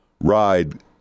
ride